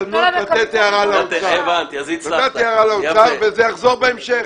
זאת הזדמנות לתת הערה לאוצר, וזה יחזור בהמשך.